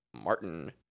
Martin